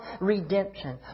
redemption